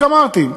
רק אמרתי.